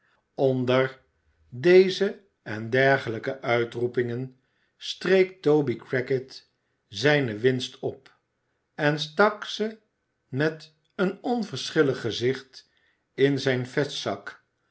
onder deze en dergelijke uitroepingen streek toby crackit zijne winst op en stak ze met een onverschillig gezicht in zijn vestzak